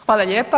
Hvala lijepa.